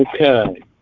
Okay